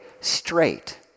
straight